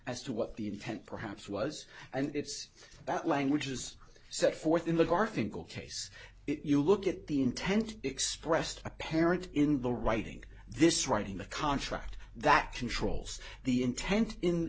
as to what the intent perhaps was and it's that language is set forth in the garfinkel case if you look at the intent expressed apparent in the writing this writing the contract that controls the intent in